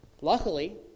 Luckily